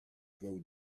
throw